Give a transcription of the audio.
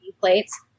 plates